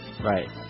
Right